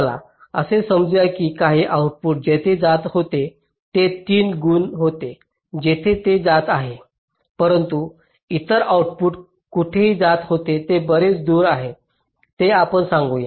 चला असे समजू की काही आउटपुट येथे जात होते हे 3 गुण होते जिथे ते जात आहे परंतु इतर आउटपुट कुठेतरी जात होते जे बरेच दूर आहे ते आपण सांगू या